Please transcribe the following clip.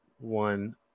one